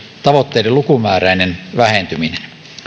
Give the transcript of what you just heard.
tavoitteiden lukumääräinen vähentyminen